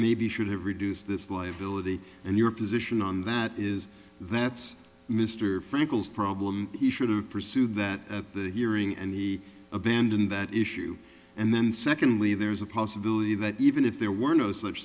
maybe should have reduced this liability and your position on that is that mr frankel's problem he should have pursued that at the hearing and he abandoned that issue and then secondly there's a possibility that even if there were no such